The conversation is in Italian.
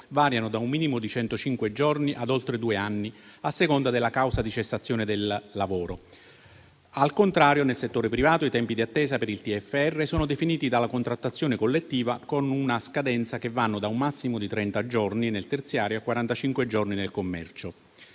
variano da un minimo di 105 giorni ad oltre due anni a seconda della causa di cessazione del lavoro. Al contrario, nel settore privato i tempi di attesa per il TFR sono definiti dalla contrattazione collettiva, con una scadenza che va da un massimo di 30 giorni nel terziario a 45 giorni nel commercio.